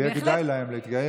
ויהיה כדאי להם להתגייס.